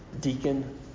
Deacon